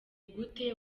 gute